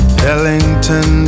Ellington